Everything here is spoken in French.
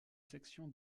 section